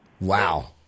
Wow